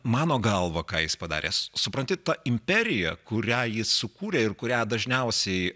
mano galva ką jis padarė supranti ta imperija kurią jis sukūrė ir kurią dažniausiai